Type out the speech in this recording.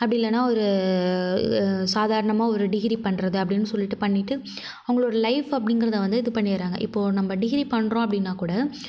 அப்படி இல்லைனா ஒரு சாதாரணமாக ஒரு டிகிரி பண்ணுறது அப்படின் சொல்லிட்டு பண்ணிவிட்டு அவங்களோட லைஃப் அப்படிங்கறத வந்து இது பண்ணிவிட்றாங்க இப்போது நம்ம டிகிரி பண்ணுறோம் அப்படினா கூட